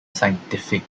scientific